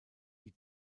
die